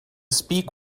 speak